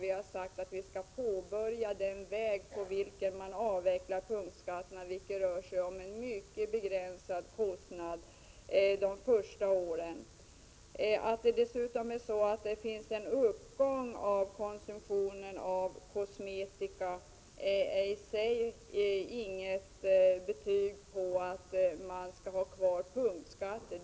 Vi har sagt att vi kan börja gå den väg där man avvecklar punktskatterna. Det rör sig om en mycket begränsad kostnad de första åren. Att det skett en uppgång av konsumtionen av kosmetika är i och för sig inget som talar för att man skall ha kvar punktskatter.